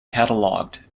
catalogued